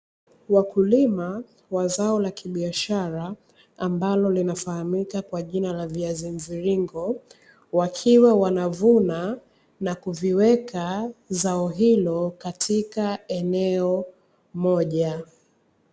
Wakulima wa zao la kibiashara ambalo linafahamika kwa jina la viazi mviringo wakiwa wanavuna na kuliweka zao hilo katika eneo moja.